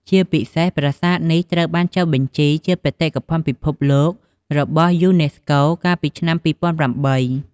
ជាពិសេសប្រាសាទនេះ ត្រូវបានចុះបញ្ជីជា បេតិកភណ្ឌពិភពលោករបស់យូណេស្កូ កាលពីឆ្នាំ ២០០៨។